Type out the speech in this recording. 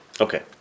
Okay